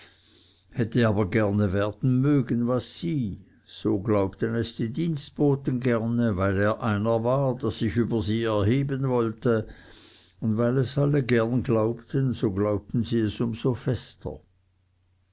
hätte aber gerne werden mögen was sie es glaubten es die dienstboten gerne weil er einer war der sich über sie er heben wollte und weil es alle gerne glaubten so glaubten sie es um so fester